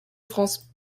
france